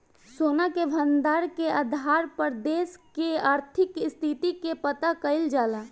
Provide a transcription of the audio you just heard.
सोना के भंडार के आधार पर देश के आर्थिक स्थिति के पता कईल जाला